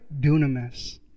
dunamis